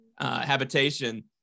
habitation